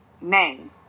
name